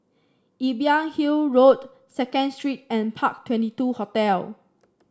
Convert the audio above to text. Imbiah Hill Road Second Street and Park Twenty two Hotel